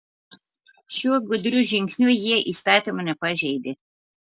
šiuo gudriu žingsniu jie įstatymo nepažeidė